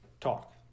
talk